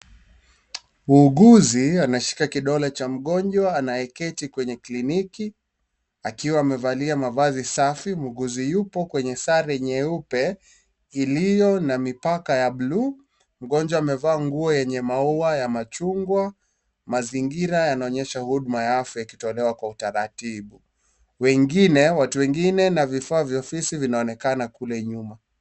Muuguzi anashika kidole cha mgonjwa anayeketi kwenye kliniki akiwa amevalia mavazi safi .Muuguzi yupo kwenye sare nyeupe iliyo na mipaka ya buluu. Mgonjwa amevaa nguo yenye maua ya machungwa mazingira yanaonyesha huduma ya afya yakitolewa kwa utaratibu wengine watu wengine na vifaa vya ofisi vinaonekana kule nyuma.